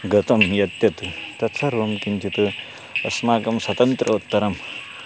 गतं यत् यत् तत्सर्वं किञ्चित् अस्माकं स्वतन्त्रोत्तरं